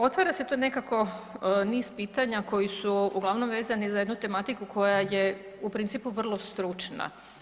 Otvara se tu nekako niz pitanja koji su uglavnom vezani za jednu tematiku koja je u principu vrlo stručna.